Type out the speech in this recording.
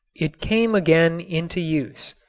it came again into use.